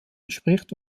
entspricht